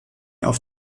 auf